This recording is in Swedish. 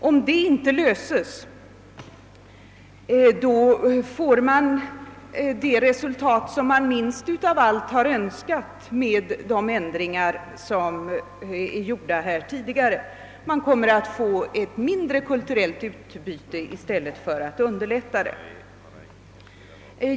Om det inte löses får man det resultat man minst av allt har önskat med de ändringar som är gjorda i avtalet. I stället för att det kulturella utbytet underlättas kommer det att försvåras.